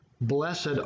Blessed